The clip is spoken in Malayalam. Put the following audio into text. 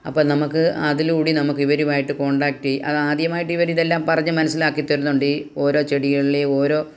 അപ്പം നമുക്ക് അതിലൂടി നമുക്ക് ഇവരുമായിട്ട് കോണ്ടാക്ട് അത് ആദ്യമായിട്ട് ഇവരിതെല്ലാം പറഞ്ഞ് മനസ്സിലാക്കി തരുന്നുണ്ട് ഓരോ ചെടികളിലെയും ഓരോ